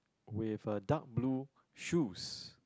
with a dark blue shoes